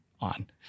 on